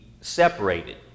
separated